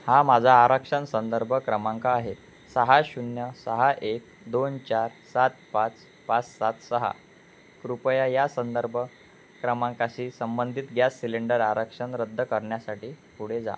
हा माझा आरक्षण संदर्भ क्रमांक आहे सहा शून्य सहा एक दोन चार सात पाच पाच सात सहा कृपया या संदर्भ क्रमांकाशी संबंधित गॅस सिलेंडर आरक्षण रद्द करण्यासाठी पुढे जा